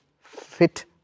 fit